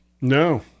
No